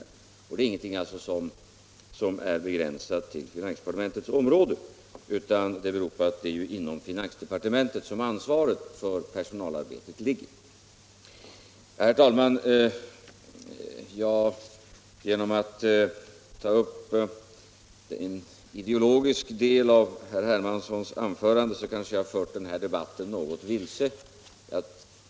Det är alltså ingenting som är begränsat = tjänstemän i statlig till finansdepartementets område, men det är inom finansdepartementet — och kommunal som ansvaret för personalarbetet ligger. förvaltning Genom att ta upp en ideologisk dei av herr Hermanssons anförande kanske jag, herr talman, har fört den här debatten något vilse.